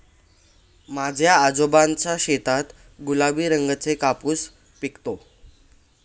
माझ्या आजोबांच्या शेतात गुलाबी रंगाचा कापूस पिकतो